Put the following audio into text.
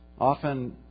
Often